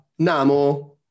namo